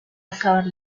acabar